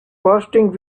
bursting